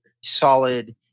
solid